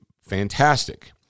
fantastic